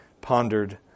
pondered